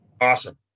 Awesome